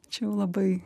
čia jau labai